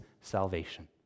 salvation